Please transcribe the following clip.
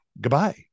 goodbye